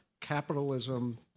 capitalism